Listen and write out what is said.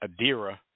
Adira